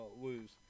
lose